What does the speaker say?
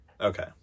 Okay